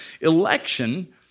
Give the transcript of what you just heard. election